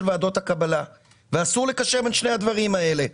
ועדות הקבלה ואסור לקשר בין שני הדברים האלה.